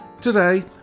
Today